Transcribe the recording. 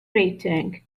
rating